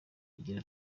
agira